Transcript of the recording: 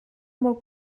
molt